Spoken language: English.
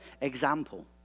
example